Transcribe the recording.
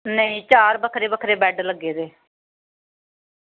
नेईं चार बक्खरे बक्खरे बैड लग्गे दे